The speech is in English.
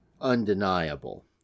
undeniable